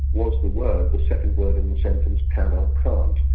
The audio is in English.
was the word, the second word in the sentence, can or can't,